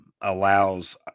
allows